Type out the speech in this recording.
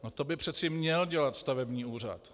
No to by přece měl dělat stavební úřad.